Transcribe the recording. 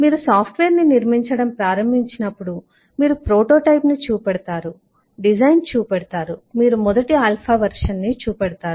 మీరు సాఫ్ట్వేర్ను నిర్మించడం ప్రారంభించినప్పుడు మీరు ప్రోటోటైప్ను చూపుతారు డిజైన్ను చూపుతారు మీరు మొదటి ఆల్ఫా వెర్షన్ను చూపుతారు